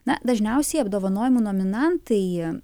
na dažniausiai apdovanojimų nominantai